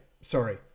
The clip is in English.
Sorry